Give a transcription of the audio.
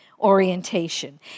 orientation